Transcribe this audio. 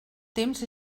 temps